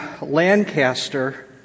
Lancaster